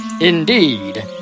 indeed